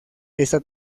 esta